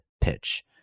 pitch